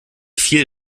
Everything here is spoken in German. viel